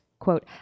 Quote